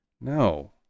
No